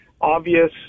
obvious